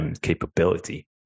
capability